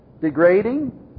degrading